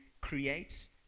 creates